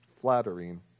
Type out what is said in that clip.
flattering